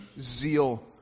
zeal